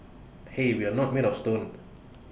hey we're not made of stone